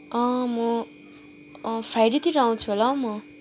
अँ म फ्राइडेतिर आउँछु होला हौ म